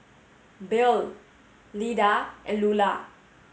Bill Lyda and Lulah